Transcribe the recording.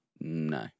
No